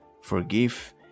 Forgive